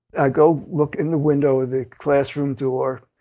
i go look in the window of the classroom door,